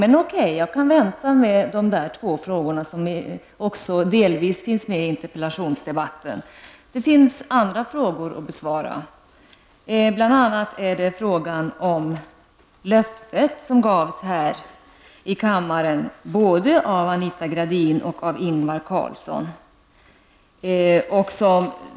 Men okej, jag kan vänta med de två frågor som också delvis finns med i interpellationsdebatten. Det finns andra frågor att besvara. Bl.a. är det frågan om löftet som gavs här i kammaren både av Anita Gradin och av Ingvar Carlsson.